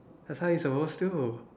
that's how your supposed to